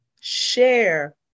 share